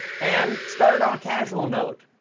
and started on a casual note.